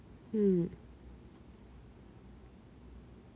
mm